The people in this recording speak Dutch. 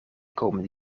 komende